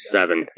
Seven